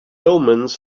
omens